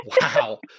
Wow